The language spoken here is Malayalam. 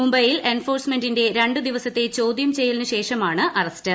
മുംബൈയിൽ എൻഫോഴ്സ്മെന്റിന്റെ രണ്ടു ദിവസത്തെ ചോദ്യം ചെയ്യലിന് ശേഷണാണ് അറസ്റ്റ്